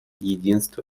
единства